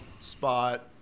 spot